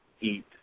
eat